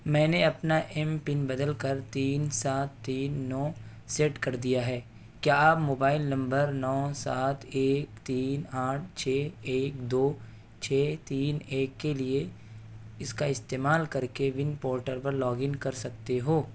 میں نے اپنا ایم پن بدل کر تین سات تین نو سیٹ کر دیا ہے کیا آپ موبائل نمبر نو سات ایک تین آٹھ چھ ایک دو چھ تین ایک کے لیے اس کا استعمال کر کے ون پورٹل پر لاگ ان کر سکتے ہو